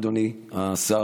אדוני השר,